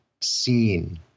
seen